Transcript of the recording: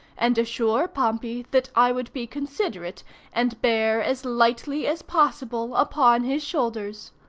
and assure pompey that i would be considerate and bear as lightly as possible upon his shoulders.